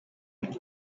and